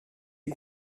est